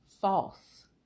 false